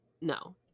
No